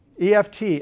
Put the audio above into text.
EFT